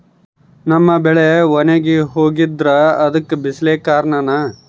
ನಮ್ಮ ಬೆಳೆ ಒಣಗಿ ಹೋಗ್ತಿದ್ರ ಅದ್ಕೆ ಬಿಸಿಲೆ ಕಾರಣನ?